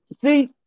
See